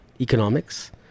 economics